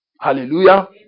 Hallelujah